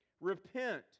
repent